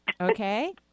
Okay